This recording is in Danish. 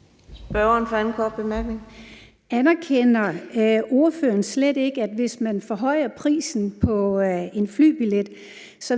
Kl. 12:26 Dina Raabjerg (KF): Anerkender ordføreren slet ikke, at hvis man forhøjer prisen på en flybillet,